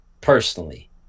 personally